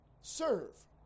Serve